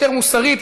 יותר מוסרית,